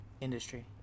Industry